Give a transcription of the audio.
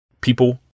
People